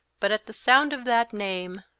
but at the sound of that name,